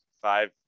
five